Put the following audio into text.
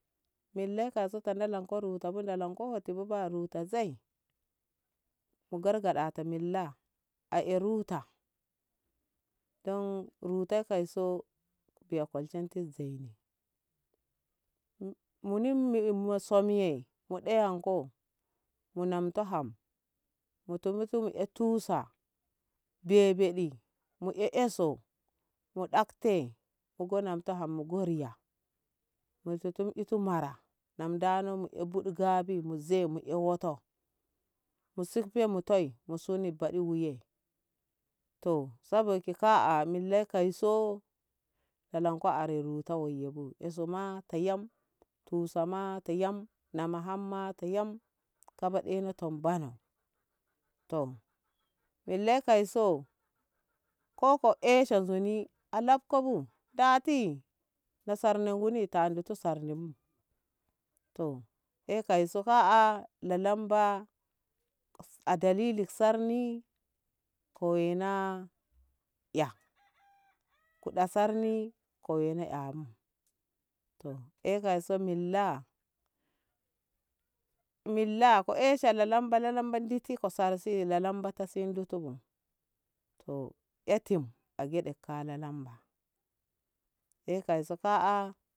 Millai ka su ka ndalanko ruta bu ndalanko hoti bu ba ruta zoi ko gargata milla a e ruta don rutai kai so biya kolshenti zoi ni mumuni mo so miye mu ɗeyanko mu nam to ham mumutu mu tusa bebeɓeɗi mu mu e so mu ɗakti mo ganamta ham mu go riya muti tum ɓitu mara nam ndano mu'e buɗu gabi mu ze mu'e wo'oto mu sikfe mutai mu suni baɗi mu ye to sabi ka'a millai kai so lalanko are ruta wai ye bu e so ma kayam tusa ma to yam na ma ham to yam kafa ɗena tom bano to millai kai so ko- ko eshe nzuni a lafko bu ndati na sarni nguni ta andi to sarni bu to eka kai so ka'a lalamba a dalili sarni ko waina kya kuɗa sarni ko wana kya abu to e kai so milla milla ko esha lalamba lalamba nditi ko sarsi lalamba to si ndi ti bu e tim a geɗe ka lalamba e kai so ka'a.